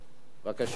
להשיב.